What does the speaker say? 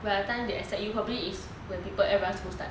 by the time they accept you probably is when people everyone school start